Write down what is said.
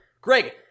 greg